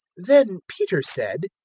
then peter said,